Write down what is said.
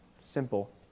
Simple